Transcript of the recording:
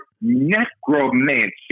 necromancy